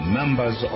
members